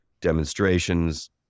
demonstrations